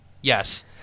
Yes